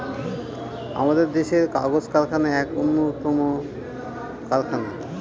আমাদের দেশের কাগজ কারখানা এক উন্নতম কারখানা